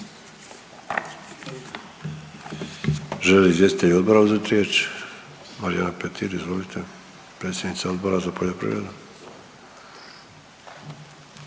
li izvjestitelji odbora uzeti riječ? Marijana Petir izvolite, predsjednica Odbora za poljoprivredu.